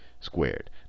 Squared